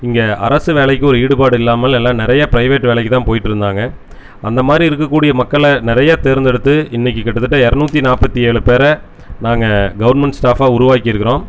இங்கே அரசு வேலைக்கு ஒரு ஈடுபாடு இல்லாமல் எல்லா நிறையா ப்ரைவேட் வேலைக்கு தான் போய்ட்டுருந்தாங்க அந்தமாதிரி இருக்கக்கூடிய மக்களை நிறையா தேர்ந்தெடுத்து இன்றைக்கி கிட்டத்தட்ட இரநூத்தி நாற்பத்தி ஏழு பேரை நாங்கள் கவுர்ன்மெண்ட் ஸ்டாஃபா உருவாக்கிருக்குறோம்